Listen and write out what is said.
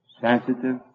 sensitive